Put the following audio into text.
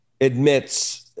admits –